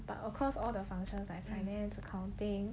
ya but of course all the functions like finance accounting